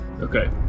Okay